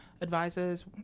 advisors